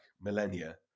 millennia